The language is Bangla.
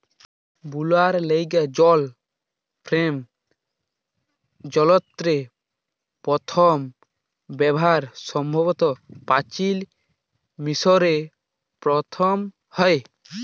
বুলার ল্যাইগে জল ফেম যলত্রের পথম ব্যাভার সম্ভবত পাচিল মিশরে পথম হ্যয়